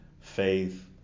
faith